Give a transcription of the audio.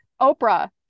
oprah